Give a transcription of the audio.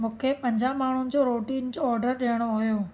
मूंखे पंजाह माण्हुनि जो रोटियुनि जो ऑडर ॾियणो हुओ